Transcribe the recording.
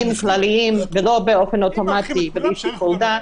כלליים ולא באופן אוטומטי בלי שיקול דעת,